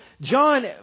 John